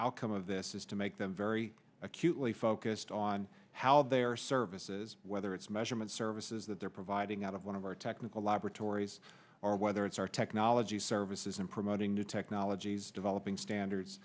outcome of this is to make them very acutely focused on how their services whether it's measurement services that they're providing out of one of our technical laboratories or whether it's our technology services and promoting new technologies developing